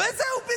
לשבת ולא להקשיב.